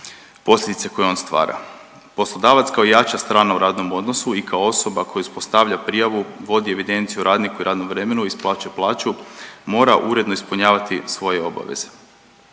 posljedice koje on stvara. Poslodavac kao jača strana u radnom odnosu i kao osoba koja ispostavlja prijavu, vodi evidenciju o radniku i radnom vremenu i isplaćuje plaću, mora uredno ispunjavati svoje obaveze.